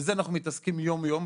בזה אנחנו מתעסקים יום-יום,